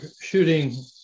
shooting